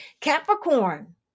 Capricorn